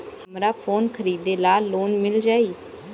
हमरा फोन खरीदे ला लोन मिल जायी?